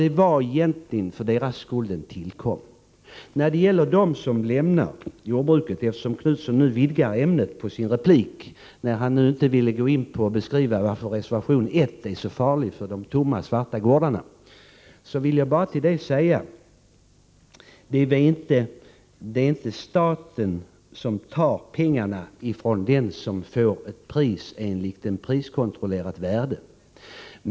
Det var egentligen för deras skull den tillkom. Eftersom Göthe Knutson vidgade ämnet för sin replik till att gälla dem som lämnar jordbruket, när han inte ville gå in på att beskriva varför reservation 1 är så farlig för de tomma, svarta gårdarna, vill jag bara säga att det inte är staten som tar pengarna ifrån den som får ett pris enligt priskontrollerat värde.